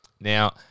Now